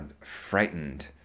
frightened